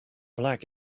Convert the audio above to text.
black